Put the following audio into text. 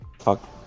fuck